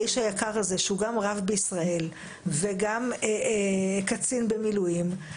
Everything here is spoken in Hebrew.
האיש היקר הזה שהוא גם רב בישראל וגם קצין במילואים,